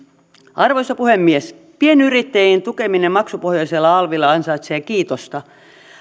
arvoisa puhemies pienyrittäjien tukeminen maksupohjaisella alvilla ansaitsee kiitosta